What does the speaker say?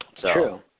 True